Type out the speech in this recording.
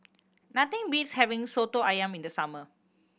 nothing beats having Soto Ayam in the summer